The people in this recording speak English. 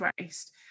waste